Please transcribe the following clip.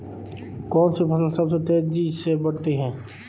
कौनसी फसल सबसे तेज़ी से बढ़ती है?